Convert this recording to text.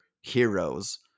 heroes